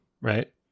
right